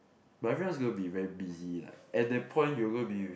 but everyone is going to be very busy like at that point you're going to be